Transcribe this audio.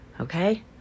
Okay